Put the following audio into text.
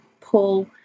pull